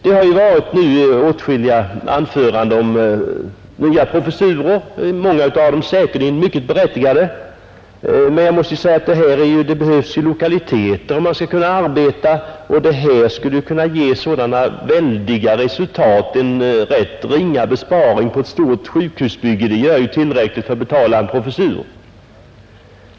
Det har här i riksdagen åtskilliga gånger föreslagits inrättande av nya professurer, många säkerligen mycket berättigade, men det behövs ju lokaliteter och andra resurser om man skall kunna arbeta. En professur i sjukhusbyggande skulle avsätta oerhört viktiga resultat, och bara en ringa besparing på ett stort sjukhusbygge skulle ge tillräckligt för att betala professuren.